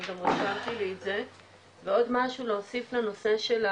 אני גם רשמתי לי את זה ועוד משהו להוסיף לנושא שזה